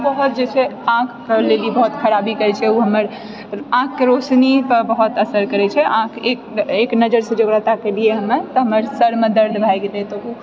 बहुत जे छै से आँखिपर जेकि बहुत खराबी करै छै उ हमर आँखिके रौशनीपर बहुत असर करै छै अहाँ यदि के लिऐ हमें सरमे दर्द भए जेतै तऽ उ